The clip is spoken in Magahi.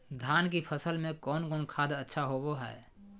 धान की फ़सल में कौन कौन खाद अच्छा होबो हाय?